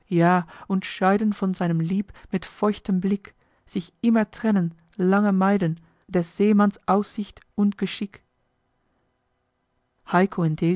und scheiden von seinem lieb mit feuchtem blick sich immer trennen lange meiden des seemanns aussicht und geschick